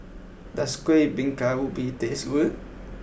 does Kueh Bingka Ubi taste good